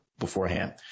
beforehand